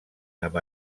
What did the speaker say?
amb